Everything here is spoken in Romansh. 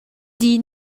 dir